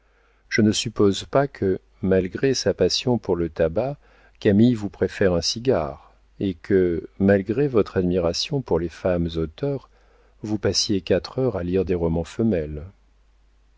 je ne suppose pas que malgré sa passion pour le tabac camille vous préfère un cigare et que malgré votre admiration pour les femmes auteurs vous passiez quatre heures à lire des romans femelles